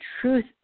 truth